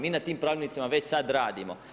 Mi na tim pravilnicima već sad radimo.